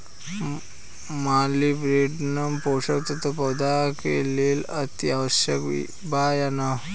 Molybdenum पोषक तत्व पौधा के लेल अतिआवश्यक बा या न?